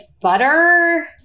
butter